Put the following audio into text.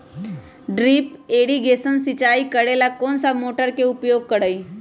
Drip irrigation सिंचाई करेला कौन सा मोटर के उपयोग करियई?